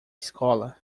escola